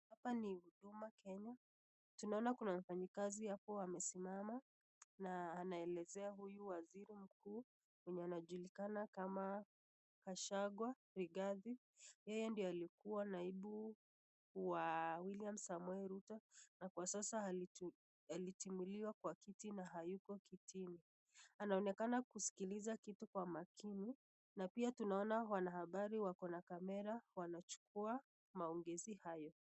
Hapa ni Huduma Kenya, tunaona kuna wafanyikazi hapo wanasimama na anaelezea huyu waziri mwenye anajulikana kama Gachagua Rigathi, yeye ndiye alikuwa naibu wa William Samoei Ruto na kwa sasa alitimuliwa kwa kiti na hayuko kitini. Anaonekana kusikiliza kitu kwa makini na pia tunaona wanahabari wako na kamera wanachukua maongezi hayo.